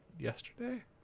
yesterday